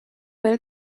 bill